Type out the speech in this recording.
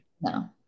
No